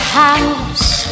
house